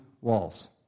walls